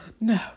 no